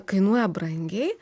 kainuoja brangiai